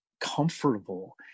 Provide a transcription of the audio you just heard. comfortable